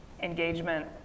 engagement